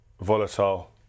volatile